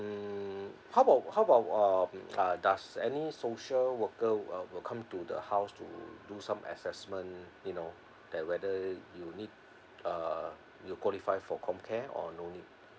mm how about how about um does any social worker uh will come to the house to do some assessment you know that whether you need uh you qualify for comcare or no need